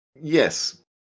yes